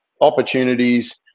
opportunities